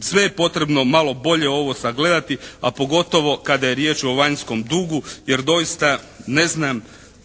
sve je potrebno malo bolje ovo sagledati a pogotovo kada je riječ o vanjskom dugu jer doista ne znam